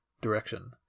direction